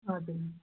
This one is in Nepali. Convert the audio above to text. हजुर